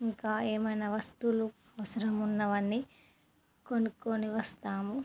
ఇంకా ఏమైనా వస్తువులు అవసరం ఉన్నవన్నీ కొనుక్కొని వస్తాము